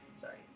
Sorry